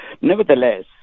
Nevertheless